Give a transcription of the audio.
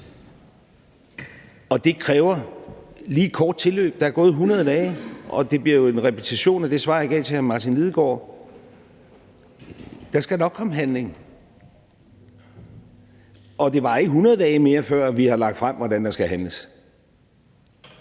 og det kræver lige et kort tilløb. Der er gået 100 dage, og det bliver jo en repetition af det svar, jeg gav til hr. Martin Lidegaard. Der skal nok komme handling, og det varer ikke 100 dage mere, før vi har lagt frem, hvordan der skal handles.